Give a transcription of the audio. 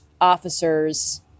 officers